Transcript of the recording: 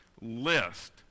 list